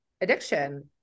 addiction